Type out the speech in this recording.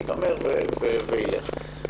ייגמר וילכו.